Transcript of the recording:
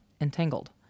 entangled